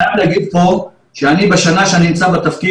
אני חייב להגיד פה שאני בשנה שאני נמצא בתפקיד,